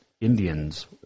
Indians